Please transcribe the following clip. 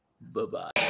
Bye-bye